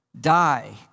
die